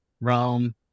Rome